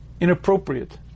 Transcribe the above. inappropriate